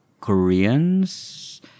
Koreans